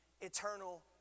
eternal